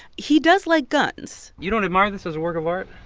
he does like guns you don't admire this as a work of art?